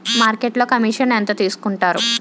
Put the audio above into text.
మార్కెట్లో కమిషన్ ఎంత తీసుకొంటారు?